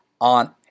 on